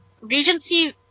Regency